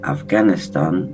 Afghanistan